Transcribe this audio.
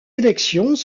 élections